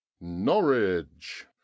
Norwich